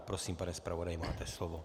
Prosím, pane zpravodaji, máte slovo.